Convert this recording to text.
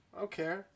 Okay